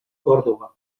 còrdova